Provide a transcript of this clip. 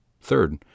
Third